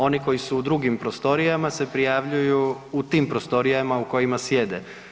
Oni koji su u drugim prostorijama se prijavljuju u tim prostorijama u kojima sjede.